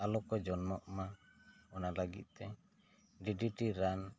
ᱟᱞᱚ ᱠᱚ ᱡᱚᱱᱢᱚᱜ ᱢᱟ ᱚᱱᱟ ᱞᱟᱹᱜᱤᱫ ᱛᱮ ᱰᱤᱰᱤᱴᱤ ᱨᱟᱱ